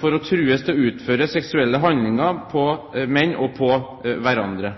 for å trues til å utføre seksuelle handlinger på menn og på hverandre.